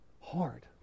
hard